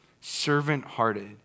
Servant-hearted